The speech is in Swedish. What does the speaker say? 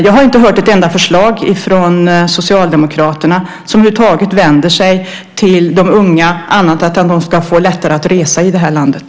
Jag har inte hört ett enda förslag från Socialdemokraterna som över huvud taget vänder sig till de unga, annat än att de ska få lättare att resa i det här landet.